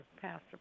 Pastor